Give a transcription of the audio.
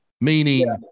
meaning